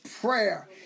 prayer